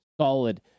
solid